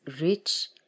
rich